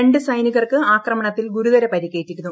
രണ്ട് സൈനികർക്ക് ആക്രമണത്തിൽ ഗുരുതര പരിക്കേറ്റിരുന്നു